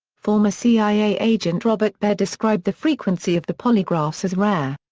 former cia agent robert baer described the frequency of the polygraphs as rare.